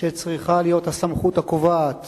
שצריכה להיות הסמכות הקובעת